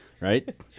right